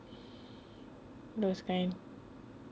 those kind